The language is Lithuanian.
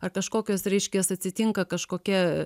ar kažkokios reiškias atsitinka kažkokia